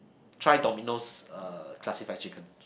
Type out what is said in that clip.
try Domino's uh classified chicken